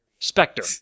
Spectre